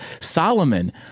Solomon